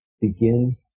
begin